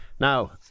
Now